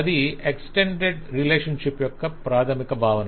అది extended relationship యొక్క ప్రాథమిక భావన